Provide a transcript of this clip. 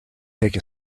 take